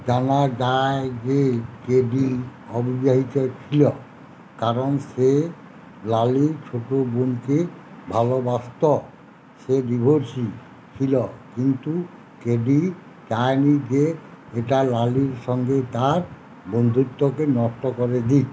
জানা যায় যে কেডি অবিবাহিত ছিলো কারণ সে লালির ছোটো বোনকে ভালবাসতো সে ডিভোর্সি ছিলো কিন্তু কেডি চায় নি যে এটা লালির সঙ্গে তার বন্ধুত্বকে নষ্ট করে দিক